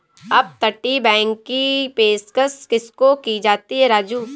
अपतटीय बैंक की पेशकश किसको की जाती है राजू?